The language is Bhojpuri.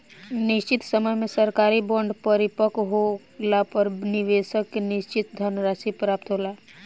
निशचित समय में सरकारी बॉन्ड परिपक्व होला पर निबेसक के निसचित धनराशि प्राप्त होला